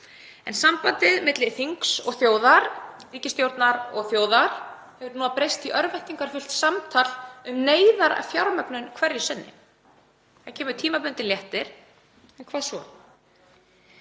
en sambandið milli þings og þjóðar, ríkisstjórnar og þjóðar, hefur breyst í örvæntingarfullt samtal um neyðarfjármögnun hverju sinni. Það kemur tímabundinn léttir, en hvað svo?